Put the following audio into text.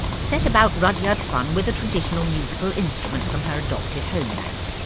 set about rudyard funn with a traditional musical instrument from her adopted homeland.